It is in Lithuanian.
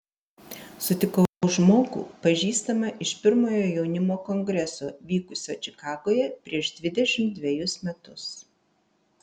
sutikau žmogų pažįstamą iš pirmojo jaunimo kongreso vykusio čikagoje prieš dvidešimt dvejus metus